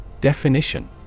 definition